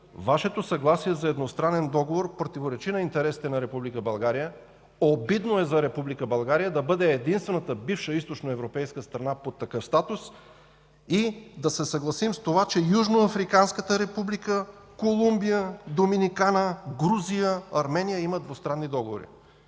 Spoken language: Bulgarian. Вашето съгласие за едностранен договор противоречи на интересите на Република България. Обидно е за Република България да бъде единствената бивша източноевропейска страна под такъв статус и да се съгласим с това, че Южноафриканската република, Колумбия, Доминикана, Грузия, Армения имат двустранни договори.